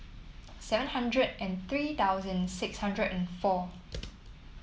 seven hundred and three thousand six hundred and four